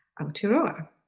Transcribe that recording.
Aotearoa